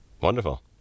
Wonderful